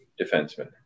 defenseman